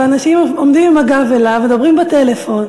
ואנשים עומדים עם הגב אליו ומדברים בטלפון.